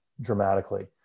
dramatically